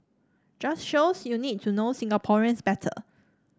just shows you need to know Singaporeans better